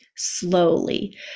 slowly